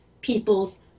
people's